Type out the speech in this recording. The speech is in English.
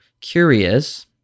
curious